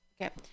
Okay